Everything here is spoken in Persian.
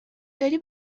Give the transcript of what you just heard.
داری